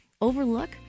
overlook